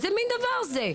איזה מין דבר זה.